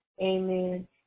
amen